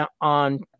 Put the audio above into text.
On